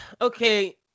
okay